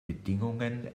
bedingungen